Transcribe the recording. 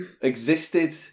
existed